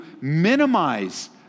minimize